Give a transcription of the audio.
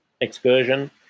excursion